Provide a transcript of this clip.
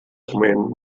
foment